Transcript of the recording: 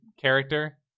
character